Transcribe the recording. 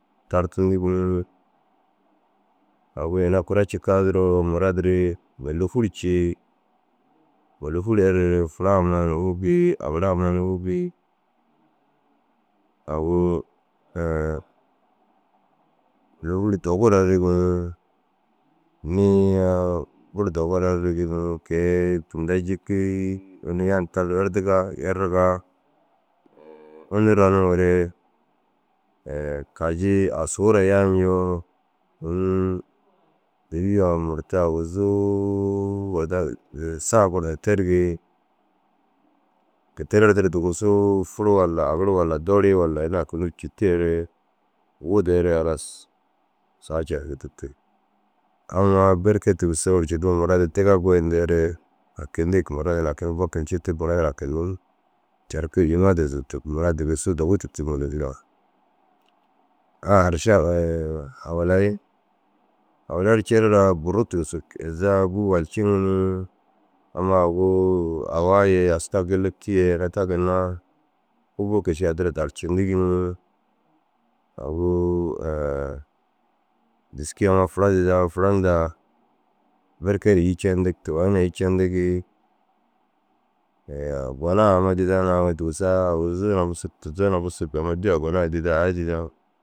Tartindigi ni. Agu ina kura cikaa duro maradirii môlofur cii. Môlofur errere fura ammaa na wugii agira ammaa na wugii. Agu môlofur dogu ru errigi ni. Niya buru dogu ru errigi ni kôi tinda jikii unnu yan tarii ru erdigaa errigaa unnu raniŋore kaji asuu raa yaanjoo ônum dêgiga murta aguzuu sa goro terigii. Kee te ru erdire dugusu furu walla agir walla doorii walla ini hakinduu cîteere wudeere halas saga carku tûrtug. Ammaa berke tigisoo yercindoo marad diga goyindeere hakindig. Maradin na hakindu bokindu citig gura na hakindin carku ẽĩma duro zutugi mura dugusu dogu tûrtug môlofuraa. Awalai awalai ru cire raa burru tigisig izaa bûu walci ni. Ammaa agu awa ye aska gêlepti ye ina ta ginna kubuu kege ši addira darcindigi ni. Agu dîski amma fura dîdaa fura hundaa belke ru îyi cendig tuwai na îyi cendigii. Gona amma dîdaa na dugusa aguzuu na busug tuzoo na busug amma dû-a gona ye aya dîdaa.